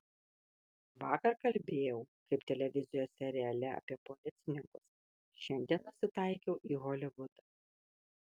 vakar kalbėjau kaip televizijos seriale apie policininkus šiandien nusitaikiau į holivudą